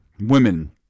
women